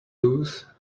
lose